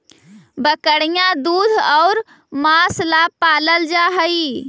बकरियाँ दूध और माँस ला पलाल जा हई